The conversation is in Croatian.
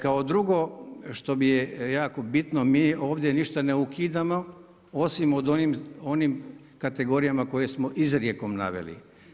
Kao drugo, što mi je jako bitno mi ovjde ništa ne ukidamo osim o onim kategorijama koje smo izrijekom naveli.